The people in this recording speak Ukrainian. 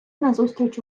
назустріч